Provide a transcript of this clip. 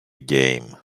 game